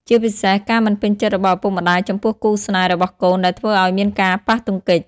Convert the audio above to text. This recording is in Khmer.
ជាពិសេស ការមិនពេញចិត្តរបស់ឪពុកម្តាយចំពោះគូស្នេហ៍របស់កូនដែលធ្វើឲ្យមានការប៉ះទង្គិច។